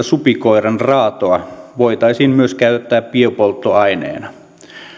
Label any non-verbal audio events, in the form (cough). (unintelligible) supikoiran raatoja voitaisiin myös käyttää biopolttoaineena